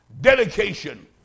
Dedication